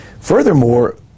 furthermore